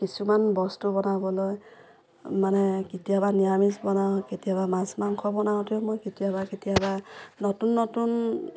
কিছুমান বস্তু বনাবলৈ মানে কেতিয়াবা নিৰামিষ বনাওঁ কেতিয়াবা মাছ মাংস বনাওঁতেও মই কেতিয়াবা কেতিয়াবা নতুন নতুন